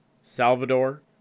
Salvador